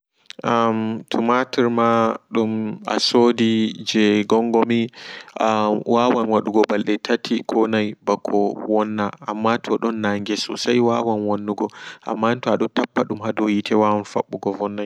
Ammm tumaturma ɗum a sodi je gongomi wawan wadugo ɓalde tati ko nai ɓako wonna amma todon naange sosai wawan wonnugo amma to a tappadum hadou hiite wawan vonnai.